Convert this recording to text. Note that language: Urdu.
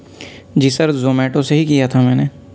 جی سر زومیٹو سے ہی کیا تھا میں نے